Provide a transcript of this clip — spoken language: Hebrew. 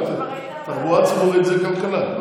תחבורה ציבורית זה כלכלה.